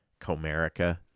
Comerica